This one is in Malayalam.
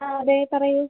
ആ അതെ പറയൂ